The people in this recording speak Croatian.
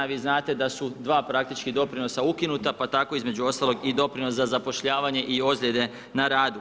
Vi znate da su dva praktički doprinosa ukinuta pa tako između ostalog i doprinos za zapošljavanje i ozljede na radu.